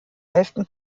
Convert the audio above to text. elften